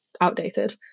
outdated